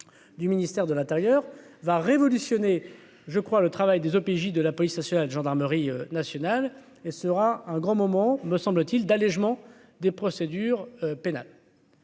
Du ministère de l'Intérieur va révolutionner, je crois, le travail des OPJ de la police nationale et gendarmerie nationale et ce sera un grand moment, me semble-t-il, d'allégement des procédures pénales.